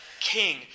king